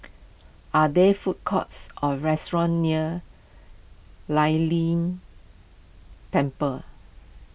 are there food courts or restaurants near lie ling Temple